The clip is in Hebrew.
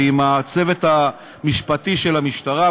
ועם הצוות המשפטי של המשטרה,